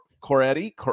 coretti